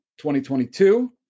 2022